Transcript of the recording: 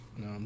No